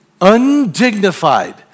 undignified